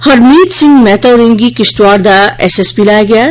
हरमीत सिंह मेहता होरें गी किश्तवाड़ दा एसएसपी लाया गेआ ऐ